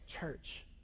Church